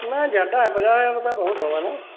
नहीं ज़्यादा है पचास हजार रुपया बहुत हुआ न